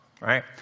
Right